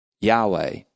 Yahweh